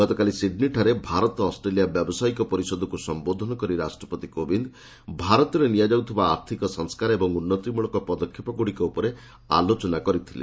ଗତକାଲି ସିଡ୍ନୀଠାରେ ଭାରତ ଅଷ୍ଟ୍ରେଲିଅଳା ବ୍ୟବସାୟିକ ପରିଷଦକୁ ସମ୍ବୋଧନ କରି ରାଷ୍ଟ୍ରପତି କୋବିନ୍ଦ ଭାରତରେ ନିଆଯାଉଥିବା ଆର୍ଥିକ ସଂସ୍କାର ଏବଂ ଉନ୍ନତିମୂଳକ ପଦକ୍ଷେପଗୁଡିକୁ ଉପରେ ଆଲୋଚନା କରିଥିଳେ